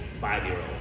five-year-old